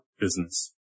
business